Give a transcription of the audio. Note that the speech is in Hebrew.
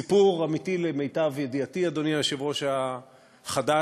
סיפור אמיתי, למיטב ידיעתי, אדוני היושב-ראש החדש,